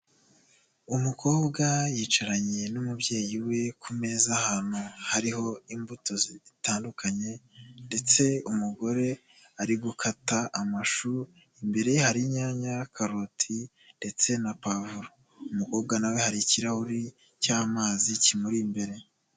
Umukobwa yicaranye n'umubyeyi we ku meza ahantu hariho imbuto zitandukanye ndetse umugore ari gukata amashu, imbere ye hari inyanya, karoti ndetse na pavuro, umukobwa nawe hari ikirahuri cy'amazi kimuri imbere.